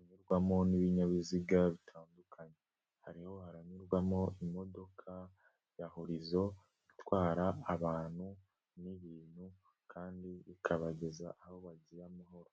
unyurwamo n'ibinyabiziga bitandukanye. Harimo haranyurwamo imodoka ya horizo itwara abantu n'ibintu kandi ikabageza aho bagira amahoro.